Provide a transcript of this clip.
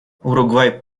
уругвай